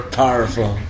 powerful